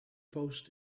post